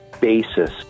basis